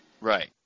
Right